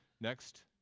next